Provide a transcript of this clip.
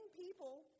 people